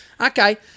okay